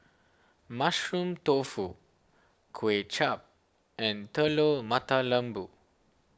Mushroom Tofu Kuay Chap and Telur Mata Lembu